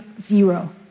zero